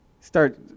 start